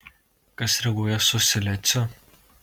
kas reaguoja su siliciu